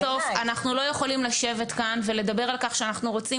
בסוף אנחנו לא יכולים לשבת כאן ולדבר על כך שאנחנו רוצים